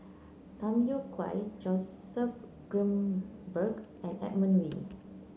Tham Yui Kai Joseph Grimberg and Edmund Wee